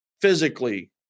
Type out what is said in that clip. physically